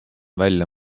välja